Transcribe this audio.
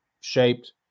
shaped